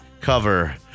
cover